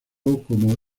como